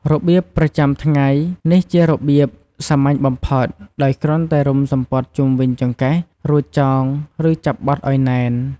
របៀបប្រចាំថ្ងៃ នេះជារបៀបសាមញ្ញបំផុត ដោយគ្រាន់តែរុំសំពត់ជុំវិញចង្កេះ រួចចង ឬចាប់បត់ឲ្យណែន។